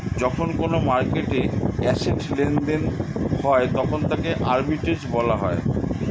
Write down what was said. যখন কোনো মার্কেটে অ্যাসেট্ লেনদেন হয় তখন তাকে আর্বিট্রেজ বলা হয়